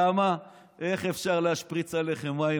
למה איך אפשר להשפריץ עליכם מים?